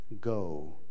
Go